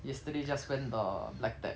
yesterday just went the black tap